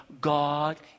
God